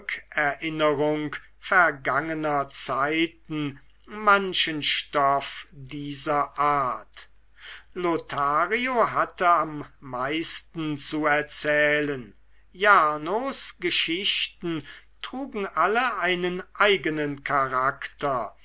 rückerinnerung vergangener zeiten manchen stoff dieser art lothario hatte am meisten zu erzählen jarnos geschichten trugen alle einen eigenen charakter